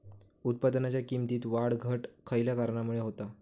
उत्पादनाच्या किमतीत वाढ घट खयल्या कारणामुळे होता?